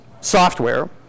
software